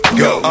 go